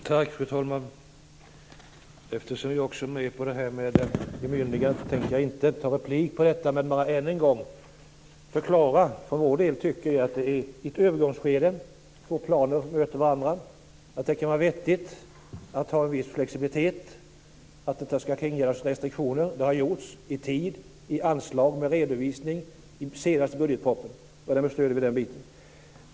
Fru talman! Eftersom jag också är med på bemyndigandet tänkte jag inte gå i polemik om detta utan bara än en gång förklara att vi för vår del tycker att det i ett övergångsskede, när två planer möter varandra, kan vara vettigt att ha en viss flexibilitet. Detta skall kringgärdas av restriktioner, det har gjorts i tid, i anslag med redovisning i senaste budgetpropositionen. Därför stöder vi den biten.